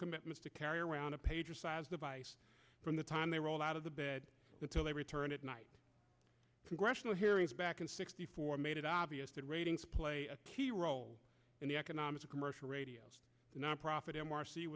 commitments to carry around a pager size device from the time they rolled out of the bed until they returned at night congressional hearings back in sixty four made it obvious that ratings play a key role in the economic commercial radio nonprofit m